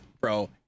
bro